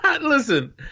Listen